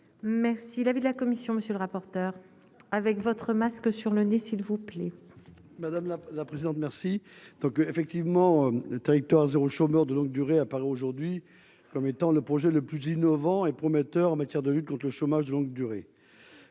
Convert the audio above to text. Merci l'avis de la commission, monsieur le rapporteur, avec votre masque sur le nez. S'il vous plaît madame la la présidente, merci donc effectivement des territoires zéro, chômeur de longue durée, apparaît aujourd'hui comme étant le projet le plus innovants et prometteurs en matière de lutte conte le chômage de longue durée,